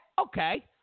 Okay